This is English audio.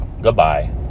Goodbye